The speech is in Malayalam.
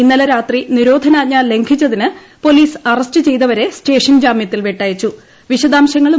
ഇന്നലെ രാത്രി നിരോധനാജ്ഞ ലംഘിച്ചതിന്ദ് പ്പോലീസ് അറസ്റ്റ് ചെയ്തവരെ സ്റ്റേഷൻ ജാമ്യത്തിൽ വിട്ടയിച്ചു